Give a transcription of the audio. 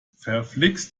verflixt